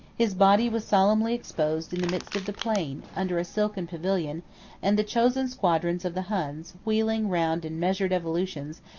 his body was solemnly exposed in the midst of the plain, under a silken pavilion and the chosen squadrons of the huns, wheeling round in measured evolutions,